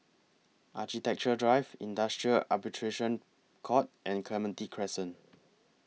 Architecture Drive Industrial Arbitration Court and Clementi Crescent